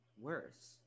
Worse